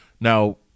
Now